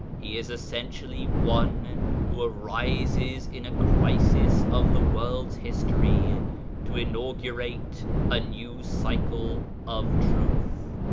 he is essentially one who arises in a crisis of the world's history to inaugurate a new cycle of truth,